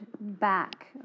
back